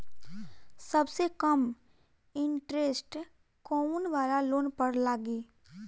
सबसे कम इन्टरेस्ट कोउन वाला लोन पर लागी?